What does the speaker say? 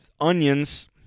onions